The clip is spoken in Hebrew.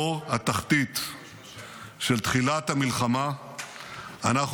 מבור התחתית של תחילת המלחמה אנחנו